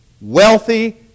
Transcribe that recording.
Wealthy